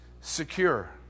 secure